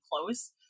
close